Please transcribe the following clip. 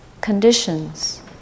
conditions